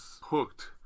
hooked